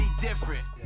different